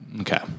okay